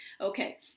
Okay